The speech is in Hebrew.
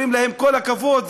אומרים להם: כל הכבוד.